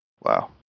Wow